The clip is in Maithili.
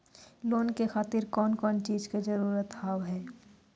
लोन के खातिर कौन कौन चीज के जरूरत हाव है?